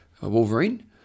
Wolverine